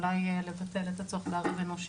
אולי לבטל את הצורך --- אנושי.